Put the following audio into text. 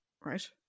right